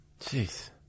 Jeez